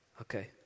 Okay